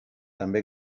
també